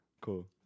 cool